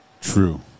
True